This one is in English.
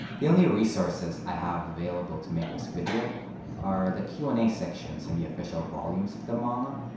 the only resources i have available to make this video are the q and a sections in the official volumes of the manga,